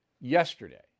yesterday